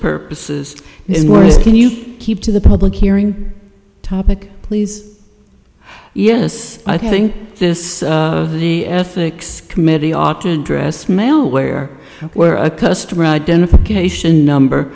purposes is worse can you keep to the public hearing topic please yes i think this of the ethics committee ought to address malware where a customer identification number